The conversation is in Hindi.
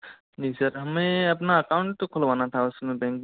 जी सर हमें अपना अकाउंट तो खुलवाना था उसमें बैंक में